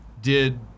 did-